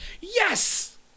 yes